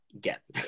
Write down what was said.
get